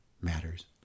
matters